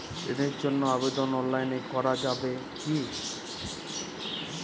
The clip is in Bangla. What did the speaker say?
ঋণের জন্য আবেদন অনলাইনে করা যাবে কি?